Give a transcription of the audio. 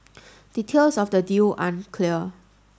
details of the deal aren't clear